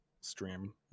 stream